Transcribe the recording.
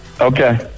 Okay